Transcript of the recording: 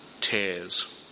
tears